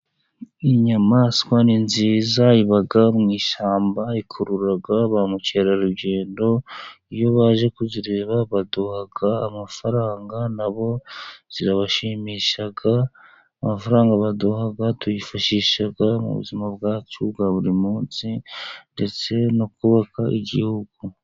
Inyamaswa ni nziza iba mu ishyamba, ikurura ba mukerarugendo iyo baje kuzireba baduha amafaranga nabo zirabashimisha, amafaranga baduha tuyifashisha mu buzima bwacu bwa buri munsi ndetse no kubaka igihugu.